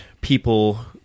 people